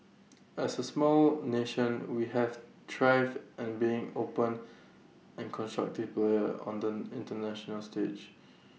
as A small nation we have thrived an being open and constructive player on the International stage